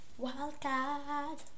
Wildcard